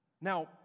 Now